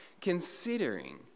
considering